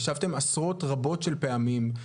ישבתם עשרות רבות של פעמים,